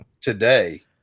today